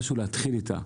משהו להתחיל איתו.